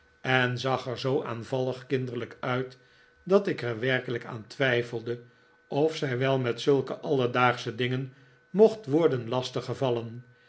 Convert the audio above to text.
en zag er zoo aanvallig kinderlijk uit dat ik er werkelijk aan twijfelde of zij wel met zulke alledaagsche dingen mocht worden